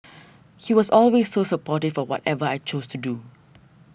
he was always so supportive of whatever I chose to do